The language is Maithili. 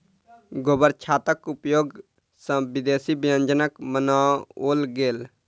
गोबरछत्ताक उपयोग सॅ विदेशी व्यंजनक बनाओल गेल